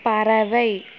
பறவை